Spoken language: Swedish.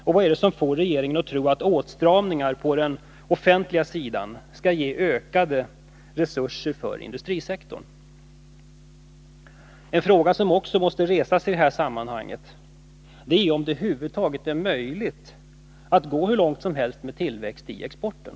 Och vad är det som får regeringen att tro att åtstramningar på den offentliga sidan skall ge ökade resurser för industrisektorn? En fråga som måste resas i det här sammanhanget är också om det är möjligt att gå hur långt som helst med en tillväxt av exporten.